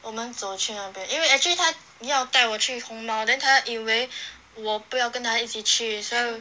我们走去那边因为 actually 他要带我去红毛 then 她以为我不要跟他一起所以